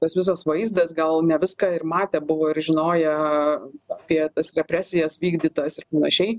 tas visas vaizdas gal ne viską ir matę buvo ir žinoję apie tas represijas vykdytas ir panašiai